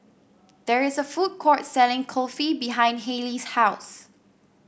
there is a food court selling Kulfi behind Hayley's house